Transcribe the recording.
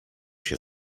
się